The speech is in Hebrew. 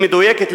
מדויקת,